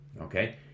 Okay